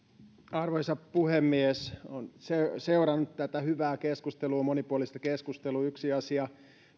arvoisa puhemies olen seurannut tätä hyvää keskustelua monipuolista keskustelua yksi asia